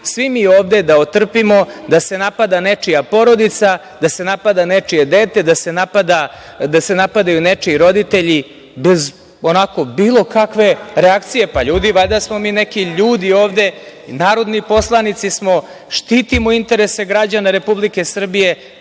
svi mi ovde da otrpimo da se napada nečija porodica, da se napada nečije dete, da se napadaju nečiji roditelji bez bilo kakve reakcije. Ljudi, valjda smo mi neki ljudi ovde, narodni poslanici smo, štitimo interese građana Republike Srbije.